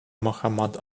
mohammad